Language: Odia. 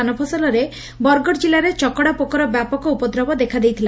ଧାନଫସଲରେ ବରଗଡ଼ ଜିଲ୍ଲାରେ ଚକଡ଼ା ପୋକର ବ୍ୟାପକ ଉପଦ୍ରବ ଦେଖା ଦେଇଥିଲା